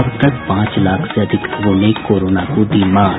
अब तक पांच लाख से अधिक लोगों ने कोरोना की दी मात